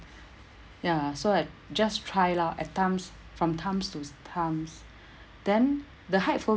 ya so I just try lor at times from times to times then the height phobia